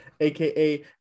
aka